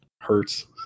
hurts